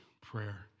prayer